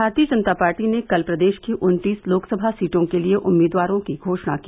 भारतीय जनता पार्टी ने कल प्रदेश की उन्तीस लोकसभा सीटों के लिए उम्मीदवारों की घोषणा की